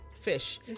fish